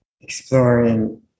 exploring